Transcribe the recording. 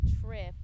trip